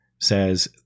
says